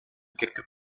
quelques